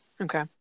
okay